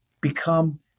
become